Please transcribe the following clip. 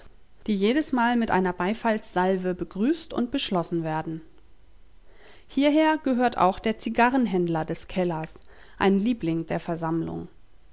die jedesmal mit einer beifallssalve begrüßt und beschlossen werden hierher gehört auch der zigarrenhändler des kellers ein liebling der versammlung